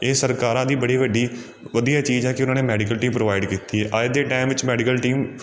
ਇਹ ਸਰਕਾਰਾਂ ਦੀ ਬੜੀ ਵੱਡੀ ਵਧੀਆ ਚੀਜ਼ ਹੈ ਕਿ ਉਹਨਾਂ ਨੇ ਮੈਡੀਕਲ ਟੀਮ ਪ੍ਰੋਵਾਈਡ ਕੀਤੀ ਏ ਅੱਜ ਦੇ ਟਾਈਮ ਵਿੱਚ ਮੈਡੀਕਲ ਟੀਮ